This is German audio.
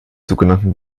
sogenannten